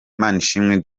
manishimwe